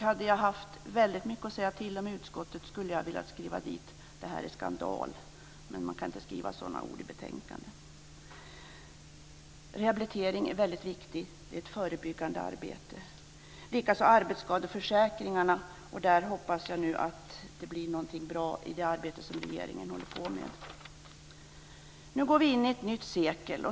Hade jag haft mycket att säga till om i utskottet hade jag velat skriva dit: Det här är skandal. Men man kan inte skriva sådana ord i ett betänkande. Rehabilitering är mycket viktigt. Det är ett förebyggande arbete. Likaså är arbetsskadeförsäkringarna viktiga. Jag hoppas att det blir något bra av det arbete som regeringen håller på med. Nu går vi in i ett nytt sekel.